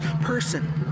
person